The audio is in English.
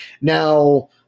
Now –